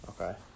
Okay